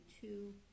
two